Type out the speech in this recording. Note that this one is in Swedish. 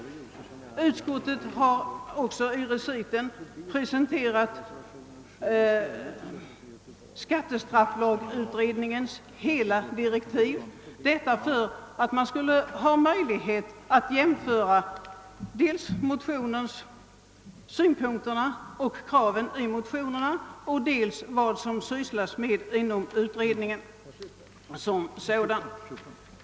Utskottet har i reciten också presenterat skattestrafflagutredningens hela direktiv. Vi har gjort detta för att man skulle ha möjlighet att jämföra kraven i motionen med vad utredningen sysslar med.